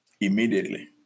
immediately